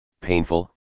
painful